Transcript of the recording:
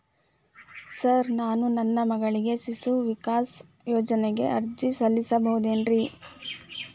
Sir ನಾನು ನನ್ನ ಮಗಳಿಗೆ ಶಿಶು ವಿಕಾಸ್ ಯೋಜನೆಗೆ ಅರ್ಜಿ ಸಲ್ಲಿಸಬಹುದೇನ್ರಿ?